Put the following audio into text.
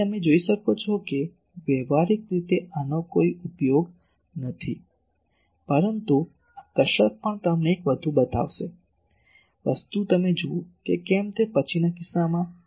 તેથી તમે જુઓ છો કે વ્યવહારીક રીતે આનો કોઈ ઉપયોગ નથી પરંતુ આ કસરત પણ અમને એક વધુ બતાવશે વસ્તુ તમે જુઓ કે કેમ તે પછીના કિસ્સામાં